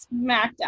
Smackdown